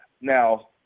Now